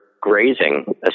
grazing